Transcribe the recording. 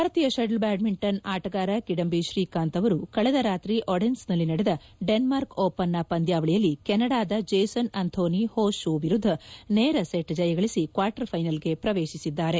ಭಾರತೀಯ ಶರ್ಣ್ ಬ್ಯಾಡ್ಮಿಂಟನ್ ಆಟಗಾರ ಕಿಡಂಬಿ ಶ್ರೀಕಾಂತ್ ಅವರು ಕಳೆದ ರಾತ್ರಿ ಒಡೆನ್ಸ್ನಲ್ಲಿ ನಡೆದ ಡೆನ್ಮಾರ್ಕ್ ಓಪನ್ನ ಪಂದ್ಯಾವಳಿಯಲ್ಲಿ ಕೆನಡಾದ ಜೇಸನ್ ಆಂಥೋನಿ ಹೋ ಶೂ ವಿರುದ್ದ ನೇರ ಸೆಟ್ ಜಯಗಳಿಸಿ ಕ್ವಾರ್ಟರ್ ಫೈನಲ್ಗೆ ಪ್ರವೇಶಿಸಿದ್ದಾರೆ